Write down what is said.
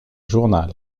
journal